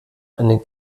einen